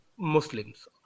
muslims